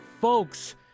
folks